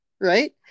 Right